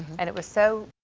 and it was so.